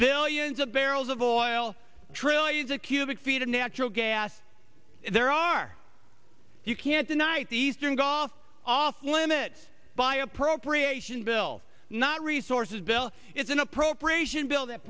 billions of barrels of oil trillions of cubic feet of natural gas there are you can't deny it the eastern gulf off limits by appropriation bill not resources bill it's an appropriation bill that